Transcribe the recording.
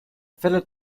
fellow